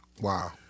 Wow